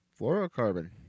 Fluorocarbon